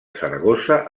saragossa